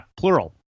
plural